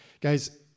guys